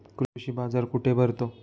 कृषी बाजार कुठे भरतो?